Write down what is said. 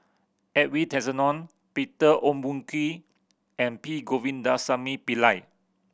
Edwin Tessensohn Peter Ong Boon Kwee and P Govindasamy Pillai